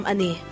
Ani